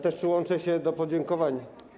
Też przyłączę się do podziękowań.